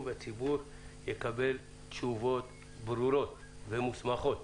והציבור יקבל תשובות ברורות ומוסמכות.